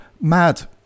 mad